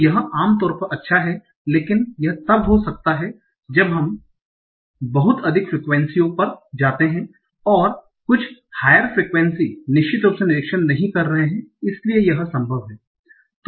तो यह आम तौर पर अच्छा है लेकिन यह तब हो सकता है जब हम बहुत अधिक फ्रेक्वेंसीयों पर जाते हैं कुछ उच्च फ्रेक्वेंसी निश्चित रूप से निरीक्षण नहीं कर रहे हैं इसलिए यह संभव है